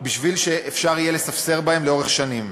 כדי שאפשר יהיה לספסר בהם לאורך שנים.